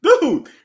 Dude